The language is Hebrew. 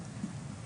האלו.